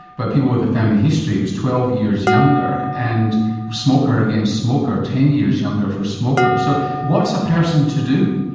but people with a family history, it was twelve years younger, and smoker against smoker, ten years younger for smokers. so what's a person to do?